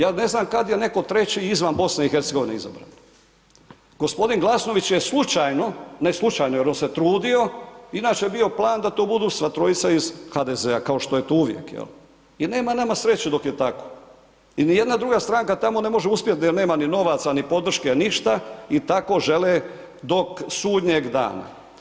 Ja ne znam kad je netko treći izvan BiH izabran. g. Glasnović je slučajno, ne slučajno jer on se trudio, inače je bio plan da to budu sva trojica iz HDZ-a kao što je to uvijek, jel, jer nema nama sreće dok je tako i nijedna druga stranka tamo ne može uspjet jer nema ni novaca, ni podrške, ništa i tako žele dok sudnjeg dana.